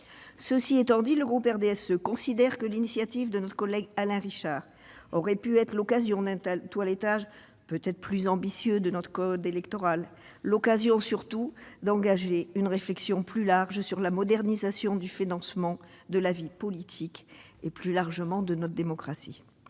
Cela étant dit, le groupe RDSE considère que l'initiative de notre collègue Alain Richard aurait pu être l'occasion d'un toilettage plus ambitieux du code électoral, l'occasion surtout d'engager une réflexion plus approfondie sur la modernisation du financement de la vie politique, et plus largement, de notre démocratie.